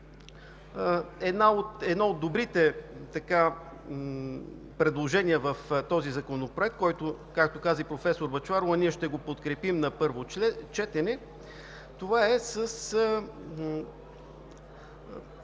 едно от добрите предложения в този законопроект, който, както каза и професор Бъчварова, ние ще подкрепим на първо четене –